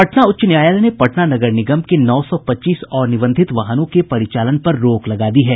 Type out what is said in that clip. पटना उच्च न्यायालय ने पटना नगर निगम के नौ सौ पच्चीस अनिबंधित वाहनों के परिचालन पर रोक लगा दी है